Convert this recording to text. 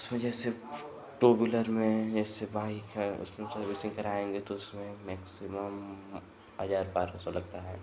उसमें जैसे two wheeler में जैसे बाइक़ है उसमें सर्विसिन्ग कराएँगे तो उसमें मैक्सिमम हज़ार बारह सौ लगता है